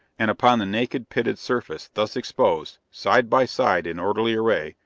and upon the naked, pitted surface thus exposed, side by side in orderly array,